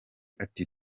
ati